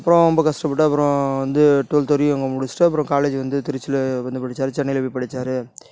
அப்றம் ரொம்ப கஷ்டப்பட்டு அப்றம் வந்து டுவெல்த் வரையும் அங்கே முடித்திட்டு அப்றம் காலேஜ் வந்து திருச்சியில் வந்து படித்தாரு சென்னையில் போய் படித்தாரு